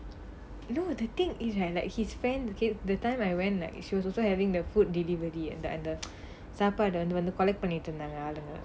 you know the thing is right like his fan okay that time I went like she was also having the food delivery and the and the சாப்பாடு வந்து:saapaadu vanthu collect பண்ணிட்டு இருந்தாங்க ஆளுங்க:pannittu irunthaanga aalunga